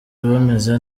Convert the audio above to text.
bameze